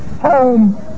home